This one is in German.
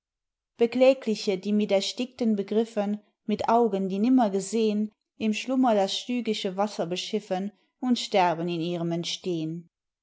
beklägliche die mit erstickten begriffen mit augen die nimmer gesehen im schlummer das stygische wasser beschiffen und sterben in ihrem